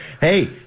Hey